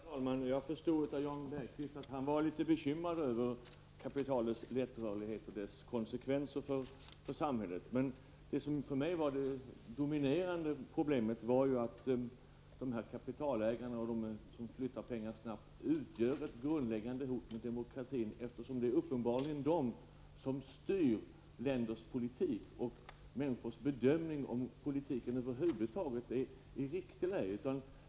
Herr talman! Jag förstod av Jan Bergqvist att han var litet bekymrad över kapitalets lättrörlighet och konsekvenserna för samhället. Det som för mig var det dominerande problemet var emellertid att dessa kapitalägare och de som flyttar pengar snabbt över gränserna utgör ett grundläggande hot mot demokratin. Det är uppenbarligen de som styr länders politik, och människors bedömning om politiken över huvud taget är inte det viktiga.